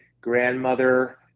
grandmother